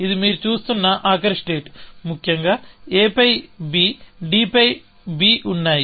ఇది మీరు చూస్తున్న ఆఖరి స్టేట్ ముఖ్యంగా a పై b d పై b ఉన్నాయి